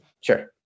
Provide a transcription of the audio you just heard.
Sure